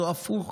או הפוך,